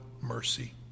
mercy